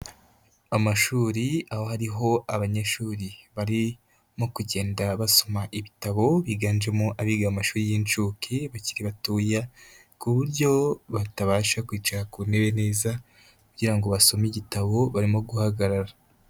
Amashuri aba ariho abanyeshuri barimo kugenda basoma ibitabo biganjemo abiga mu mashuri y'inshuke, abakiri batoya ku buryo batabasha kwicara ku ntebe neza kugira ngo basome igitabo barimo guhagarara.